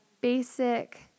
basic